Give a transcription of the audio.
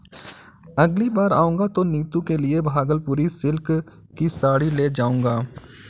अगली बार आऊंगा तो नीतू के लिए भागलपुरी सिल्क की साड़ी ले जाऊंगा